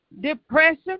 Depression